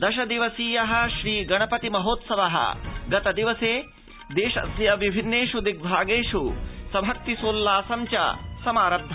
दश दिवसीय श्रीगणपति महोत्सव गतदिवसे देशस्य विभिन्नेष् दिग्भागेष् सभक्ति सोल्लासं च समारब्ध